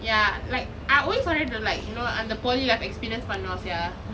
ya like I always wanted to like you know அந்த:antha polytechnic life experience பண்ணுனோம்:pannunom sia